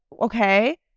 okay